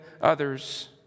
others